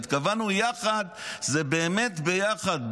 ב"יחד" התכוונו באמת ביחד,